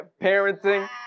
parenting